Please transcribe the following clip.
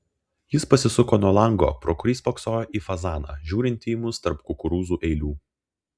jis pasisuko nuo lango pro kurį spoksojo į fazaną žiūrintį į mus tarp kukurūzų eilių